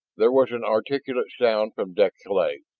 there was an inarticulate sound from deklay,